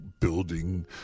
building